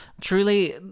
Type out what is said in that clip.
Truly